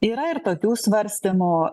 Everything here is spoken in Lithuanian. yra ir tokių svarstymų